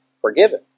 forgiven